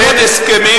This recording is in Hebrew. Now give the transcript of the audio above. כשר אבל מסריח.